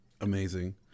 amazing